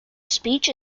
speech